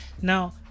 Now